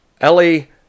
Ellie